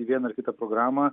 į vieną ar kitą programą